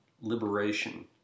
liberation